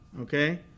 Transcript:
okay